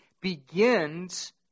begins